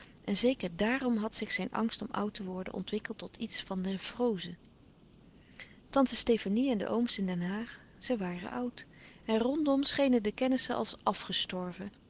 en zeker daàrom had zich zijn angst om oud te worden ontwikkeld tot iets van nevroze tante stefanie en de ooms in den haag zij waren oud en rondom schenen de kennissen als afgestorven